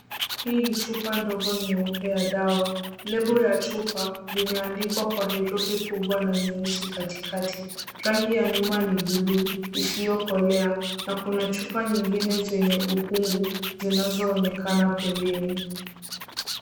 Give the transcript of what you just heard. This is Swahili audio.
Hii ni chupa ndogo nyeupe ya dawa. Lebo ya chupa limeandikwa kwa herufi kubwa na nyeusi katikati. Rangi ya nyuma ni buluu isiyokolea na kuna chupa nyingine zenye ukungu zinazoonekana pembeni.